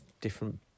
different